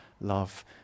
love